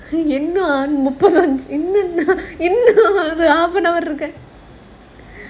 எ முப்பது நிமிஷம் தான் இருக்கு:enna muppathu nimisham thaan irukku